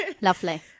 lovely